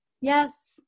yes